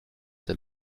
der